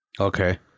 Okay